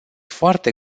foarte